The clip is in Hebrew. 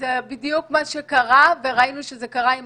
זה בדיוק מה שקרה וראינו שזה קרה עם